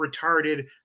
retarded